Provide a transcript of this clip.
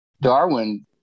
darwin